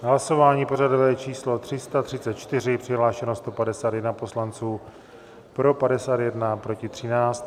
Hlasování pořadové číslo 334, přihlášeno 151 poslanců, pro 51, proti 13.